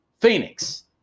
Phoenix